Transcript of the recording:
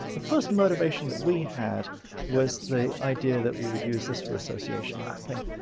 the first motivation that we had was the idea that we would use this for association mapping.